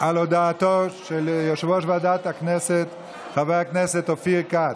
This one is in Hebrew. על הודעתו של יושב-ראש ועדת הכנסת חבר הכנסת אופיר כץ.